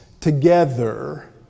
together